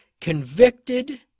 convicted